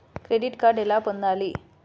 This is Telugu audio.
క్రెడిట్ కార్డు ఎలా పొందాలి?